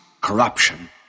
corruption